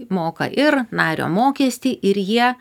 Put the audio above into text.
moka ir nario mokestį ir jie